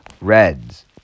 Reds